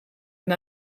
een